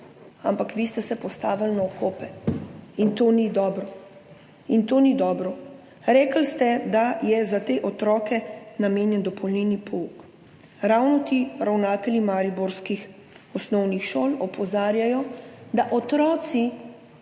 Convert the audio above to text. Ampak vi ste se postavili na okope in to ni dobro. In to ni dobro. Rekli ste, da je tem otrokom namenjen dopolnilni pouk. Ravno ti ravnatelji mariborskih osnovnih šol opozarjajo, da otroci,